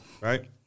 Right